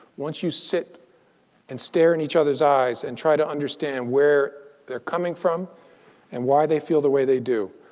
once you sit and stare in each other's eyes and try to understand where they're coming from and why they feel the way they do.